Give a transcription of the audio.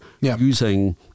using